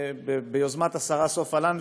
ביוזמת השרה סופה לנדבר,